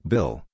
Bill